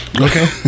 Okay